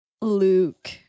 Luke